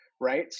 right